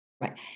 Right